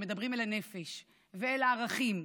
שמדברים אל הנפש ואל הערכים,